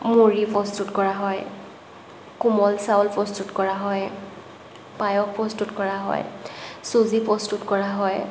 মুড়ি প্ৰস্তুত কৰা হয় কোমল চাউল প্ৰস্তুত কৰা হয় পায়স প্ৰস্তুত কৰা হয় চুজি প্ৰস্তুত কৰা হয়